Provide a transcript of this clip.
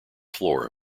floor